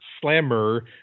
slammer